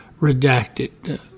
redacted